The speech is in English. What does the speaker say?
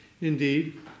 Indeed